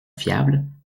fiable